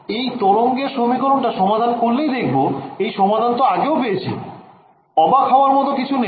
এই তরঙ্গের সমীকরণটা সমাধান করলেই দেখবো এই সমাধান তো আগেও পেয়েছি অবাক হয়ার মতো কিছুই নেই